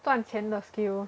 赚钱的 skill